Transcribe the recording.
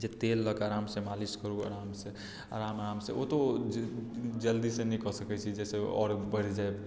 जे तेल लऽ केँ आराम से मालिश करु आराम से आराम आराम से ओ तऽ जल्दी से नहि कऽ सकै छी आओर बढ़ि जाइ हँ